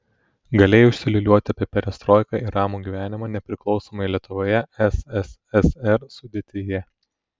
galėjai užsiliūliuoti apie perestroiką ir ramų gyvenimą nepriklausomoje lietuvoje sssr sudėtyje